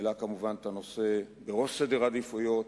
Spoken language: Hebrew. העלה כמובן את הנושא בראש סדר העדיפויות.